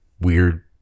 weird